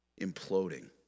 imploding